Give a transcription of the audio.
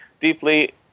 deeply